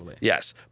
Yes